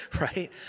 right